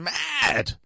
mad